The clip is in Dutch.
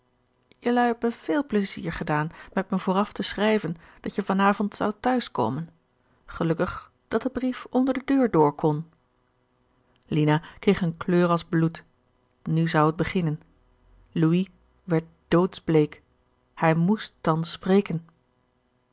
hebt me veel pleizier gedaan met me vooraf te schrijven dat je van avond zoudt t'huis komen gelukkig dat de brief onder de deur door kon lina kreeg een kleur als bloed nu zou het beginnen louis werd doodsbleek hij moest thans spreken